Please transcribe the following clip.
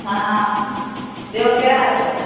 हा ॿियो कहिड़ा हाल अथव